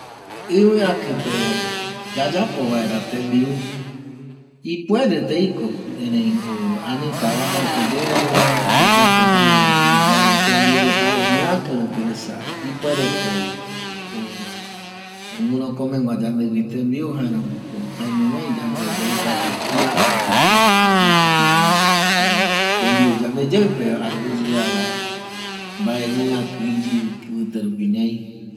ƚvƚakƚpe yayapo vaera tembiu ipuere teiko ereiko ereiko anita oajaete yeeee yayapo mbae tembiu reta ƚvƚakƚ rupi esa ipuereko guƚrokomegüa yandegui tembiu jaeramoko jaeñomai yande yaeka kia kotƚko yayapota tembiu yande yeƚipe aguƚyeara mbae ƚvƚakƚ iyƚvƚte rupi ñai